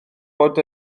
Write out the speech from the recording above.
bod